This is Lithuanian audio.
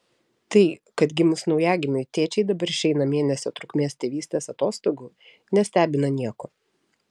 tai kad gimus naujagimiui tėčiai dabar išeina mėnesio trukmės tėvystės atostogų nestebina nieko